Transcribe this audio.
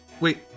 wait